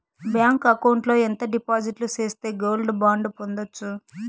Bank account లో ఎంత డిపాజిట్లు సేస్తే గోల్డ్ బాండు పొందొచ్చు?